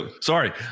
sorry